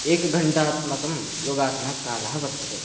एकघण्टात्मकं योगासनस्य कालः वर्तते